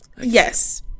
Yes